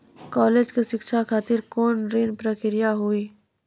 College के शिक्षा खातिर कौन ऋण के प्रक्रिया हुई?